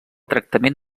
tractament